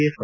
F